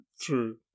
True